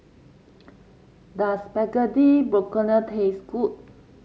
does Spaghetti Bolognese taste good